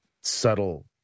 subtle